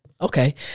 Okay